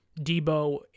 Debo